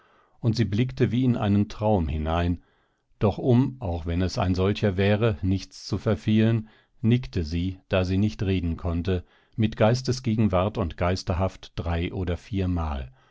und sie blickte wie in einen traum hinein doch um auch wenn es ein solcher wäre nichts zu verfehlen nickte sie da sie nicht reden konnte mit geistesgegenwart und geisterhaft drei oder vier